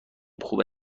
خوبه